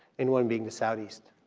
and one being the southeast,